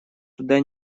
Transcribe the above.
туда